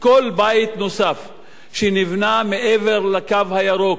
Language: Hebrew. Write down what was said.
כל בית נוסף שנבנה מעבר ל"קו הירוק",